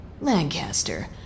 Lancaster